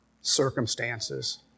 circumstances